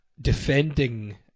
defending